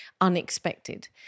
unexpected